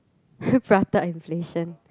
prata inflation